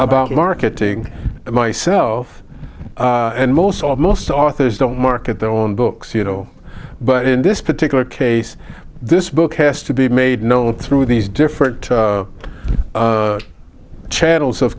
about marketing myself and most of most authors don't market their own books you know but in this particular case this book has to be made known through these different channels of